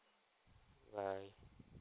bye bye